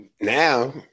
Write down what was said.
now